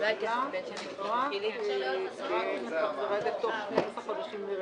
הישיבה ננעלה